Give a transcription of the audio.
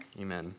Amen